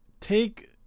take